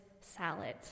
salad